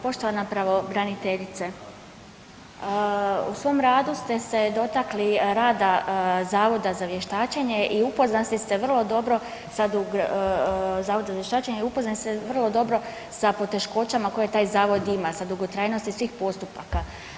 Poštovana pravobraniteljice, u svom radu ste se dotakli rada Zavoda za vještačenje i upoznati ste vrlo dobro, sad Zavod za vještačenje i upoznati ste vrlo dobro sa poteškoćama koje taj zavod ima sa dugotrajnosti svih postupaka.